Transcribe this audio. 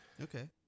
Okay